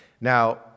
Now